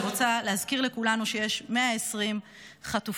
אני רוצה להזכיר לכולנו שיש 120 חטופות